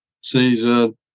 season